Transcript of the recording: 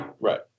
right